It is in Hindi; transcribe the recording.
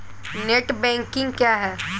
नेट बैंकिंग क्या है?